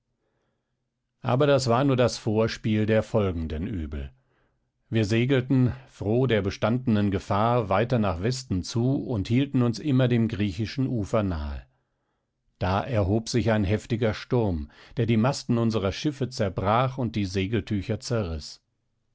aber das war nur das vorspiel der folgenden übel wir segelten froh der bestandenen gefahr weiter nach westen zu und hielten uns immer dem griechischen ufer nahe da erhob sich ein heftiger sturm der die masten unserer schiffe zerbrach und die segeltücher